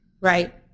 Right